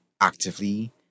actively